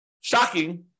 shocking